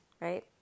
right